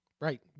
Right